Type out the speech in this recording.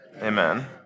amen